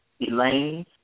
Elaine